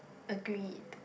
agreed